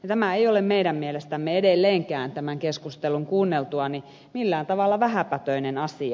tämä ei ole meidän mielestämme edelleenkään tämän keskustelun kuunneltuani millään tavalla vähäpätöinen asia